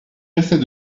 restait